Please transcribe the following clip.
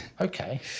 okay